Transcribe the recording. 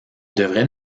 devraient